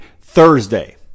Thursday